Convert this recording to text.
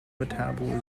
metabolism